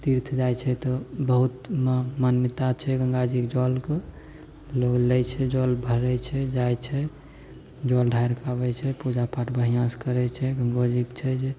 तीर्थ जाइ छै तऽ बहुत ओइमे बहुत मान्यता छै गंगाजीके जलके लोग लै छै जल भरय छै जाइ छै जल ढ़ारि कऽ अबय छै पूजा पाठ बढ़िआँ सँ करय छै गंगोजीके छै जे